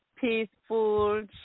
peaceful